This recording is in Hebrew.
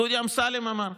דודי אמסלם אמר.